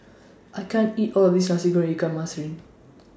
I can't eat All of This Nasi Goreng Ikan Masin